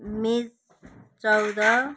मई चौध